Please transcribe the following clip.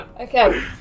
Okay